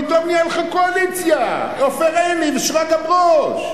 פתאום נהייתה לך קואליציה, עופר עיני ושרגא ברוש.